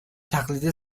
تقلید